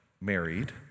married